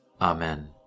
Amen